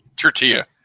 Tortilla